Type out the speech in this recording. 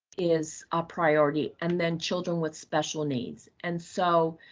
is a priority, and then children with special needs. and so,